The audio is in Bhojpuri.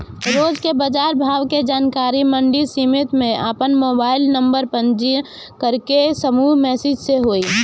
रोज के बाजार भाव के जानकारी मंडी समिति में आपन मोबाइल नंबर पंजीयन करके समूह मैसेज से होई?